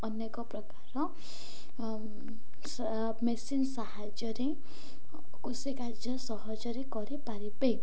ଅନେକ ପ୍ରକାରର ମେସିନ୍ ସାହାଯ୍ୟରେ କୃଷି କାର୍ଯ୍ୟ ସହଜରେ କରିପାରିବେ